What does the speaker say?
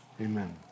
amen